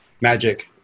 magic